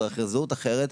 בזהות אחרת.